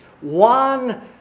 One